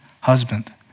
husband